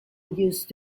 used